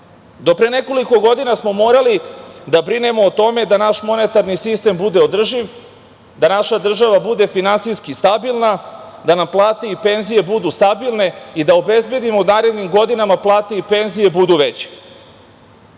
pre nekoliko godina smo morali da brinemo o tome da naš monetarni sistem bude održiv, da naša država bude finansijski stabilna, da nam plate i penzije budu stabilne i da obezbedimo da nam u narednim godinama plate i penzije budu